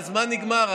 הזמן נגמר.